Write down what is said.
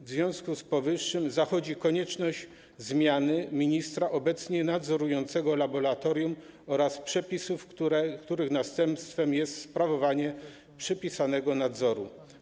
W związku z powyższym zachodzi konieczność zmiany ministra obecnie nadzorującego laboratorium oraz przepisów, których następstwem jest sprawowanie przypisanego nadzoru.